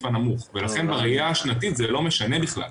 הנמוך ולכן בראיה השנתית זה לא משנה בכלל.